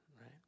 right